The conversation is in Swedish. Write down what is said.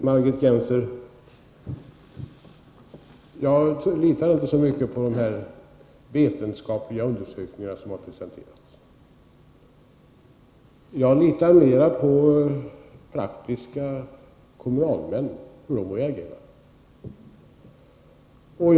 Herr talman! Jag litar inte så mycket på de här vetenskapliga undersökningarna som har presenterats, Margit Gennser. Jag litar mera på hur praktiska kommunalmän reagerar.